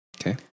okay